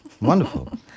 Wonderful